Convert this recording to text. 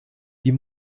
die